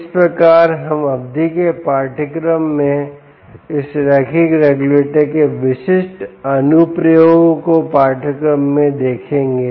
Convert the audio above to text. इस प्रकार हम अवधि के पाठ्यक्रम मे इस रैखिक रेगुलेटर के विशिष्ट अनुप्रयोगों को पाठ्यक्रम में देखेंगे